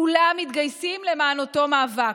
כולם מתגייסים למען אותו מאבק.